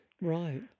right